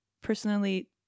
personally